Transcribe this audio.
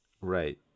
Right